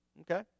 Okay